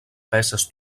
peces